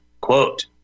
Quote